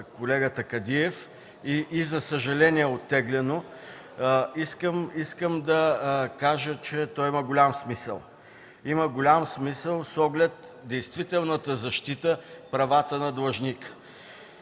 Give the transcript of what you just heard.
колегата Кадиев, и за съжаление, оттеглено, искам да кажа, че то има голям смисъл. Има голям смисъл с оглед действителната защита правата на длъжника.